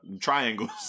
triangles